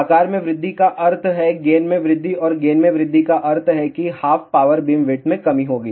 आकार में वृद्धि का अर्थ है गेन में वृद्धि और गेन में वृद्धि का अर्थ है कि हाफ पावर बीमविड्थ में कमी होगी